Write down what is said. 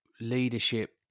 leadership